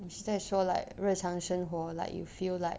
你是在说 like 日常生活 like you feel like